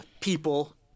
People